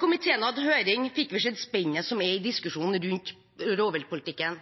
komiteen hadde høring, fikk vi se spennet i diskusjonen rundt rovviltpolitikken.